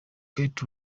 kurt